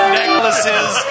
necklaces